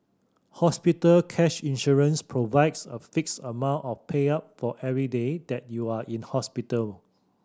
hospital cash insurance provides a fixed amount of payout for every day that you are in hospital